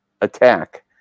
attack